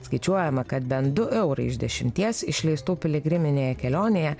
skaičiuojama kad bent du eurai iš dešimties išleistų piligriminėje kelionėje